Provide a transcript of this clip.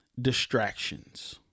distractions